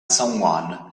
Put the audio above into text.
someone